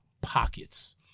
pockets